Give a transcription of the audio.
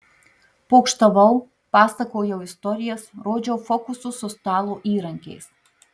pokštavau pasakojau istorijas rodžiau fokusus su stalo įrankiais